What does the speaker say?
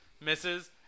misses